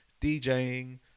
DJing